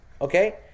Okay